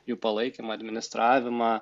jų palaikymą administravimą